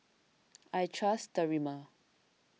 I trust Sterimar